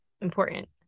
important